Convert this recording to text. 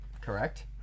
Correct